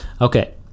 Okay